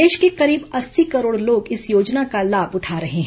देश के करीब अस्सी करोड़ लोग इस योजना का लाभ उठा रहे हैं